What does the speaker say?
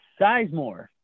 Sizemore